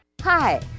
Hi